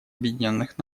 объединенных